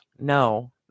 No